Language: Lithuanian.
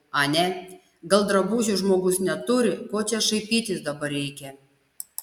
ane gal drabužių žmogus neturi ko čia šaipytis dabar reikia